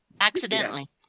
accidentally